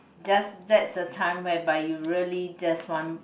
just that's the time whereby you really just want